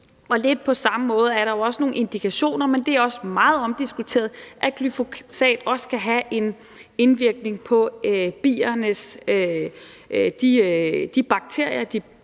Lidt på samme måde er der også nogle indikationer på – det er også meget omdiskuteret – at glyfosat også kan have en indvirkning på de bakterier,